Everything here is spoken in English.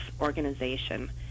Organization